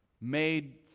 made